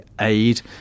aid